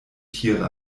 tiere